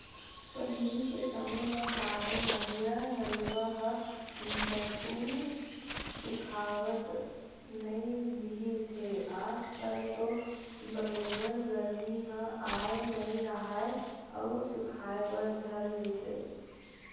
पहिली के समे म काहे नदिया, नरूवा ह झटकून सुखावत नइ रिहिस हे आज कल तो बरोबर गरमी ह आय नइ राहय अउ सुखाय बर धर लेथे